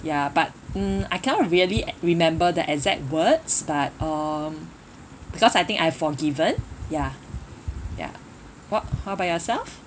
ya but mm I cannot really remember the exact words but um because I think I have forgiven ya ya what how about yourself